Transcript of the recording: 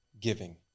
giving